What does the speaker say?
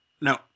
no